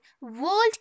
World